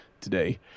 today